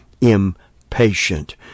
impatient